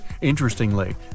Interestingly